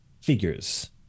figures